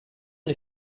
les